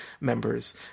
members